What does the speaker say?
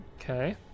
Okay